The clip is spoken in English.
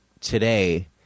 today